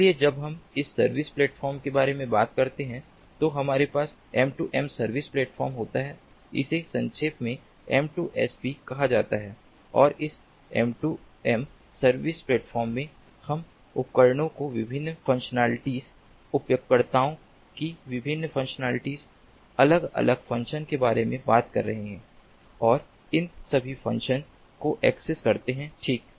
इसलिए जब हम इस सर्विस प्लेटफ़ॉर्म के बारे में बात करते हैं तो हमारे पास M2M सर्विस प्लेटफ़ॉर्म होता है इसे संक्षेप में M2SP कहा जाता है और इस M2M सर्विस प्लेटफ़ॉर्म में हम उपकरणों की विभिन्न फ़ंक्शनलिटीज़ उपयोगकर्ताओं की विभिन्न फ़ंक्शनलिटीज़ अलग अलग फ़ंक्शंस के बारे में बात कर रहे हैं और इन सभी फ़ंक्शंस को एक्सेस करते हैं ठीक